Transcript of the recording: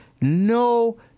no